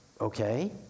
okay